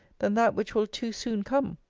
than that which will too soon come?